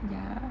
ya